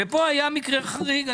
כאן היה מקרה חריג.